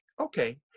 Okay